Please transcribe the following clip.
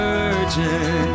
Virgin